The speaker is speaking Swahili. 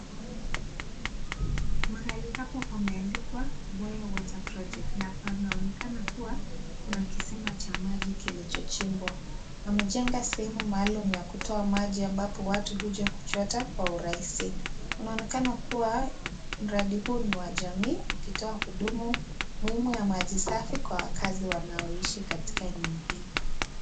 Mahali hapa pameandikwa Boya water project na panaonekana kuwa kuna kisima cha maji kilichochimbwa, wamejenga sehemu maalum ya kutoa maji amabapo watu huja kuchota kwa urahisi. Unaonekana kuwa mradi huu ni wa jamii ukitoa hudumu ya maji safi kwa wakazi wanoishi katika eneo hili.